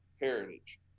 heritage